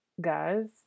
Guys